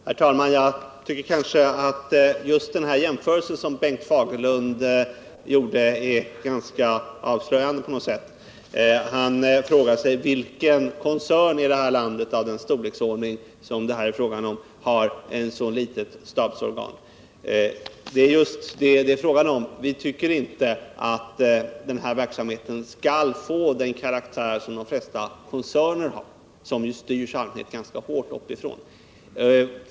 Herr talman! Just den här jämförelsen som Bengt Fagerlund gjorde tycker jag är ganska avslöjande. Han frågar sig vilken koncern i det här landet av denna storleksordning som har ett så litet stabsorgan som den centrala stiftelsen. Men det är just det resonemanget vi vänder oss mot. Vi tycker inte att den här verksamheten skall få den karaktär som de flesta koncerner har. De styrs ju oftast ganska hårt uppifrån.